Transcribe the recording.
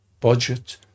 budget